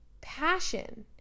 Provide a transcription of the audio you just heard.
passion